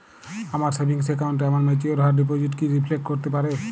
আমার সেভিংস অ্যাকাউন্টে আমার ম্যাচিওর হওয়া ডিপোজিট কি রিফ্লেক্ট করতে পারে?